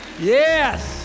Yes